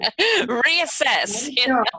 reassess